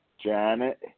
Janet